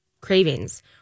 cravings